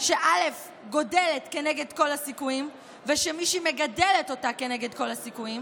שגדלה כנגד כל הסיכויים ושמי שמגדלת אותה כנגד כל הסיכויים,